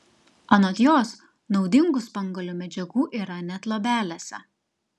anot jos naudingų spanguolių medžiagų yra net luobelėse